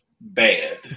bad